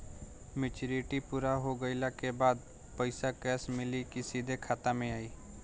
Maturity पूरा हो गइला के बाद पईसा कैश मिली की सीधे खाता में आई?